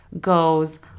goes